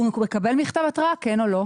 הוא מקבל מכתב התראה, כן או לא?